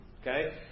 Okay